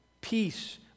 peace